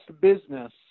business